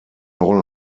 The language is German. rolle